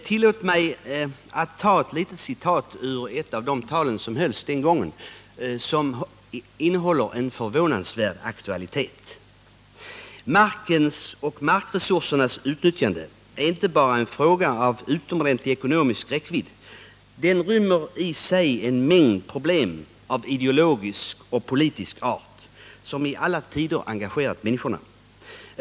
Tillåt mig att ta ett citat ur ett av de tal som hölls förra gången och som visar en förvånansvärd aktualitet: ”Markens och markresursernas utnyttjande är inte bara en fråga av utomordentlig ekonomisk räckvidd. Den rymmer i sig en mängd problem av ideologisk och politisk art som i alla tider engagerat människorna.